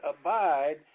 abide